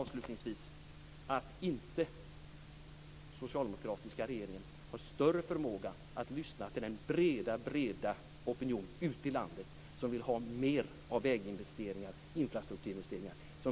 Avslutningsvis förvånar det mig att inte den socialdemokratiska regeringen har större förmåga att lyssna till den breda opinionen ute i landet som vill ha mer väginvesteringar och infrastrukturinvesteringar.